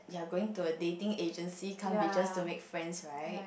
you are going to a dating agency can't be just to make friends right